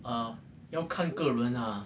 uh 要看个人啊